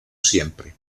siempre